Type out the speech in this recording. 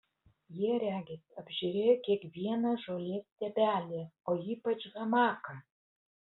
jie regis apžiūrėjo kiekvieną žolės stiebelį o ypač hamaką